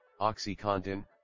Oxycontin